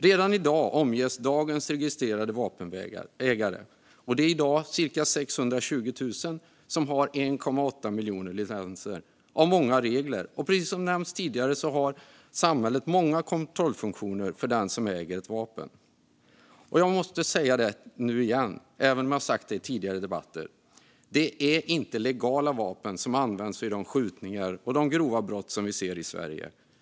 Redan i dag omges dagens registrerade vapenägare - de är i dag cirka 620 000 personer som har 1,8 miljoner licenser - av många regler, och samhället har många kontrollfunktioner för den som äger ett vapen. Jag måste upprepa det igen, även om jag har sagt det tidigare i debatter: Det är inte legala vapen som används vid de skjutningar och grova brott som vi ser i Sverige.